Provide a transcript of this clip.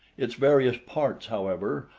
its various parts, however,